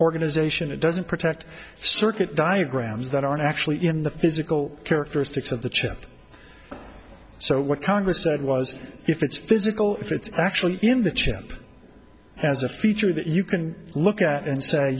organization it doesn't protect circuit diagrams that aren't actually in the physical characteristics of the chip so what congress said was if it's physical if it's actually in the chip has a feature that you can look at and say